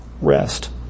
rest